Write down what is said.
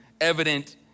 evident